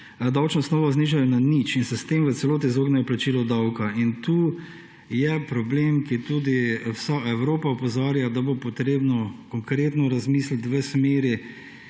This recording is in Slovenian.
davčno osnovo znižajo na nič in se s tem v celoti izognejo plačilu davka. Tu je problem, na katerega tudi vsa Evropa opozarja – da bo potrebno konkretno razmisliti v smeri